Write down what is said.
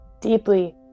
deeply